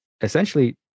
essentially